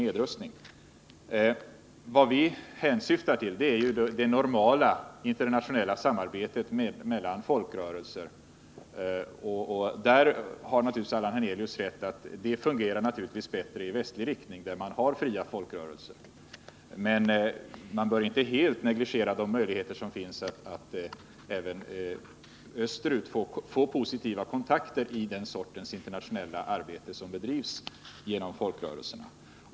Vad vi på vårt håll hänsyftar till är det normala internationella samarbetet mellan folkrörelser, och Allan Hernelius har naturligtvis rätt i att det fungerar bättre på västsidan, där man har fria folkrörelser. Men man bör inte 35 helt negligera de möjligheter som finns att även österut få positiva kontakter i den sorts internationella arbete som bedrivs genom folkrörelserna.